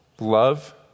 love